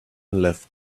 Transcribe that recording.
left